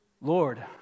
Lord